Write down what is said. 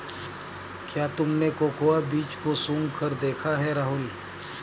क्या तुमने कोकोआ बीज को सुंघकर देखा है राहुल?